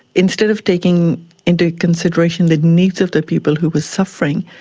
instead of taking into consideration the needs of the people who were suffering,